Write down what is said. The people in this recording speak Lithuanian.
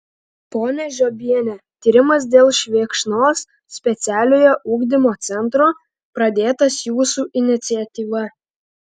ponia žiobiene tyrimas dėl švėkšnos specialiojo ugdymo centro pradėtas jūsų iniciatyva